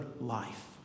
life